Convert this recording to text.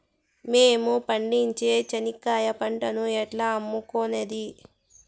మేము పండించే చెనక్కాయ పంటను ఎట్లా అమ్ముకునేది?